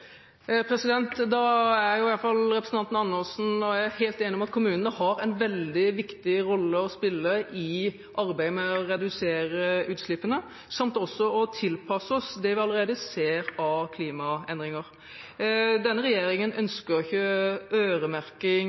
Representanten Andersen og jeg er i hvert fall helt enige om at kommunene har en veldig viktig rolle å spille i arbeidet med å redusere utslippene, samt å tilpasse oss det vi allerede ser av klimaendringer. Denne regjeringen ønsker ikke øremerking